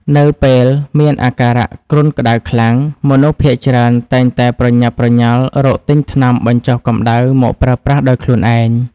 នៅពេលមានអាការៈគ្រុនក្តៅខ្លាំង មនុស្សភាគច្រើនតែងតែប្រញាប់ប្រញាល់រកទិញថ្នាំបញ្ចុះកម្តៅមកប្រើប្រាស់ដោយខ្លួនឯង។